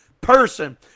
person